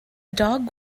dog